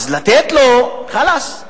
אז לתת לו, חלאס.